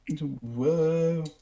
Whoa